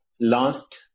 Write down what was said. last